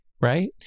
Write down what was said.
right